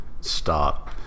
Stop